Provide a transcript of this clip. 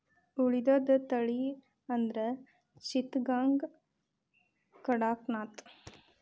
ಉಳಿದದ ತಳಿ ಅಂದ್ರ ಚಿತ್ತಗಾಂಗ, ಕಡಕನಾಥ